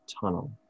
tunnel